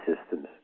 systems